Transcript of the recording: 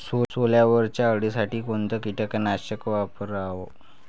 सोल्यावरच्या अळीसाठी कोनतं कीटकनाशक वापराव?